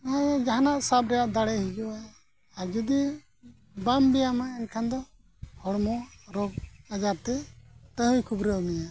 ᱟᱨ ᱡᱟᱦᱟᱱᱟᱜ ᱥᱟᱵ ᱨᱮᱭᱟᱜ ᱫᱟᱲᱮ ᱦᱤᱡᱩᱜᱼᱟ ᱟᱨ ᱡᱩᱫᱤ ᱵᱟᱢ ᱵᱮᱭᱟᱢᱟ ᱮᱱᱠᱷᱟᱱ ᱫᱚ ᱦᱚᱲᱢᱚ ᱨᱳᱜᱽ ᱟᱡᱟᱨᱛᱮ ᱛᱟᱦᱩᱭ ᱠᱷᱩᱵᱽᱨᱟᱹᱣ ᱢᱮᱭᱟ